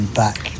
back